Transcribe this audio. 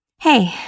Hey